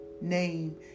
name